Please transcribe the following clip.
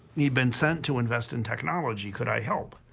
he'd been sent to invest in technology could i help?